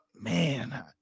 man